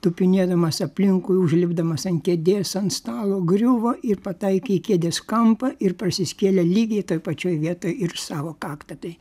tupinėdamas aplinkui užlipdamas ant kėdės ant stalo griuvo ir pataikė į kėdės kampą ir prasiskėlė lygiai toj pačioj vietoj ir savo kaktą tai